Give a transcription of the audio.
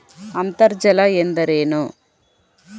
ಅಂತರ್ಜಲ ಎಂದರೇನು?